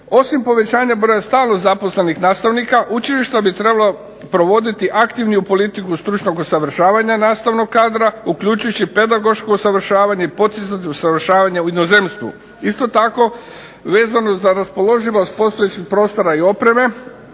Osim povećanja broja stalno zaposlenih nastavnika, učilišta bi trebala provoditi aktivniju politiku stručnog usavršavanja nastavnog kadra, uključujući pedagoško usavršavanje i postizati usavršavanje u inozemstvu. Isto tako vezano za raspoloživost postojećih prostora i opreme,